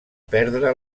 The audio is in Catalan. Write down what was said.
perdre